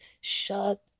shut